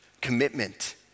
commitment